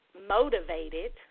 motivated